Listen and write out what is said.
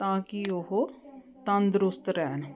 ਤਾਂ ਕਿ ਉਹ ਤੰਦਰੁਸਤ ਰਹਿਣ